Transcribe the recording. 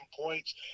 points